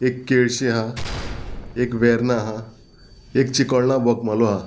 एक केळशी आहा एक वेर्ना आहा एक चिकोळणा बोकमालो आहा